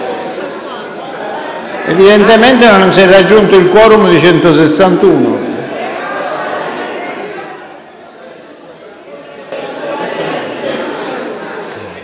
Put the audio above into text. Evidentemente non si è raggiunto il *quorum* di 161.